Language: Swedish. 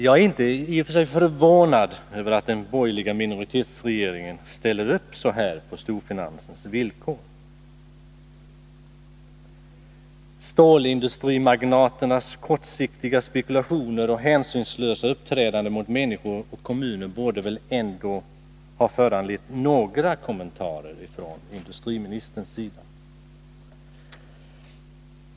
Jag är i och för sig inte förvånad över att den borgerliga minoritetsregeringen ställer upp på storfinansens villkor. Stålindustrimagnaternas kortsiktiga spekulationer och hänsynslösa uppträdande mot människor och kommuner borde ändå ha föranlett några kommentarer från industriministern.